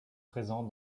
présents